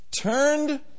turned